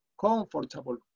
comfortable